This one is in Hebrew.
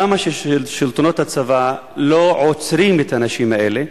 למה שלטונות הצבא לא עוצרים את האנשים האלה?